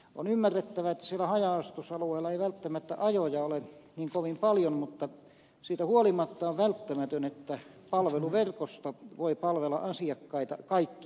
on ymmärrettävää että siellä haja asutusalueella ei välttämättä ajoja ole niin kovin paljon mutta siitä huolimatta on välttämätöntä että palveluverkosto voi palvella asiakkaita kaikkialla